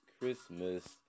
Christmas